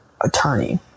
attorney